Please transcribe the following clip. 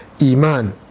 Iman